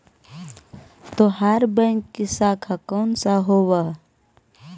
तोहार बैंक की शाखा कौन सा हवअ